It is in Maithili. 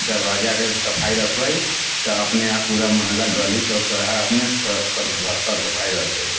दरवाजाके सफाइ रखबै तऽ अपने आप पूरा मोहल्ला गली चौक चौराहा अपने सभ साफ सफाइ रहतै